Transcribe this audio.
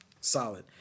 solid